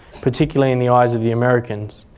particularly in the eyes of the americans.